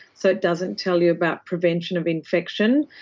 so it doesn't tell you about prevention of infection.